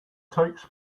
takes